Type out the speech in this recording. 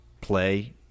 play